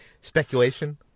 speculation